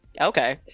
Okay